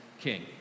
king